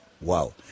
Wow